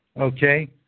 okay